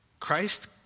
Christ